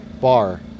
bar